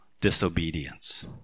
disobedience